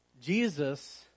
Jesus